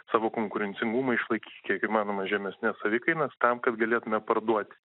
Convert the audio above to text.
savo konkurencingumą išlaikyt kiek įmanoma žemesnes savikainas tam kad galėtume parduot